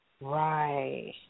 Right